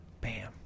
Bam